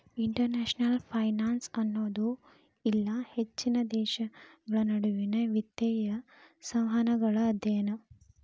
international finance ಅನ್ನೋದು ಇಲ್ಲಾ ಹೆಚ್ಚಿನ ದೇಶಗಳ ನಡುವಿನ್ ವಿತ್ತೇಯ ಸಂವಹನಗಳ ಅಧ್ಯಯನ